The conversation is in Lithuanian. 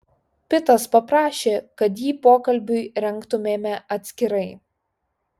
pitas paprašė kad jį pokalbiui rengtumėme atskirai